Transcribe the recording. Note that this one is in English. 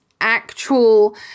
actual